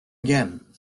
again